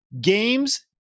games